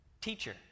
teacher